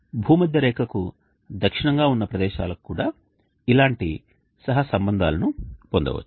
భూమధ్యరేఖకు దక్షిణంగా ఉన్న ప్రదేశాలకు కూడా ఇలాంటి సహసంబంధాలను పొందవచ్చు